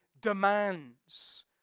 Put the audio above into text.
demands